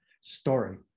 story